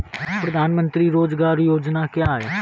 प्रधानमंत्री रोज़गार योजना क्या है?